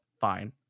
fine